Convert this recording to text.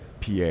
PA